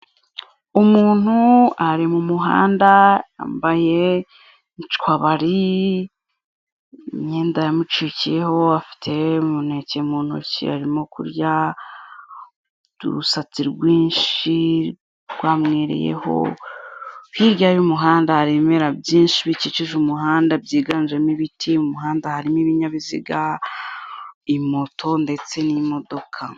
Umuntu ari mu muhanda, yambaye incwabari, imyenda yamucikiyeho, afite umuneke mu ntoki arimo kurya, urusatsi rwinshi rwamwereyeho, hirya y'umuhanda hari ibimera byinshi bikikije umuhanda byiganjemo ibiti, mu muhanda harimo ibinyabiziga, moto ndetse n'imodoka.